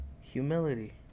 humility